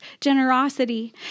generosity